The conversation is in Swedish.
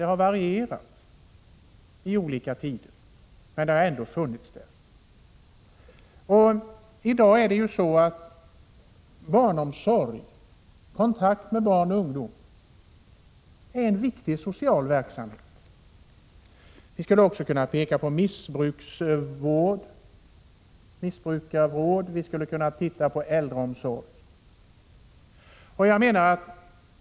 Det har varierat i olika tider, men den har ändå funnits där. I dag är barnomsorg och kontakt med barn och ungdomar en viktig social verksamhet. Vi skulle också kunna peka på missbrukarvården och se på äldreomsorgen.